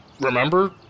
Remember